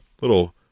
little